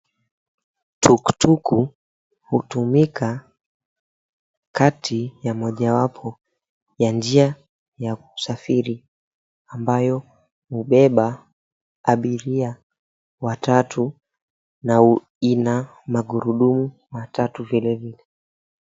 Tukutuku hutumika kati ya moja wapo ya njia ya kusafiri ambayo hubeba abiria watu watatu na ina magurudumu matatu vilevile.